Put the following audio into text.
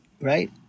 right